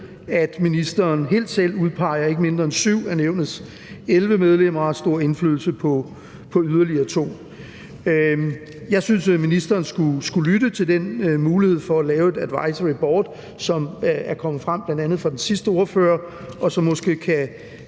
at ministeren helt selv udpeger ikke mindre end 7 af nævnets 11 medlemmer og har stor indflydelse på yderligere 2. Jeg synes, at ministeren skulle lytte til den mulighed for at lave et advisoryboard, som er kommet frem, bl.a. fra den sidste ordfører, og som måske kan,